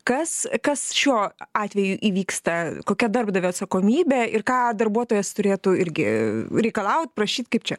kas kas šiuo atveju įvyksta kokia darbdavio atsakomybė ir ką darbuotojas turėtų irgi reikalaut prašyt kaip čia